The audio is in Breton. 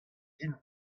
din